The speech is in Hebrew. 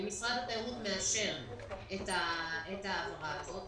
אם משרד התיירות מאשר את ההעברה הזאת,